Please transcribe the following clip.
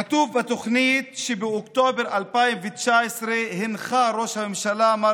כתוב בתוכנית שבאוקטובר 2019 הנחה ראש הממשלה מר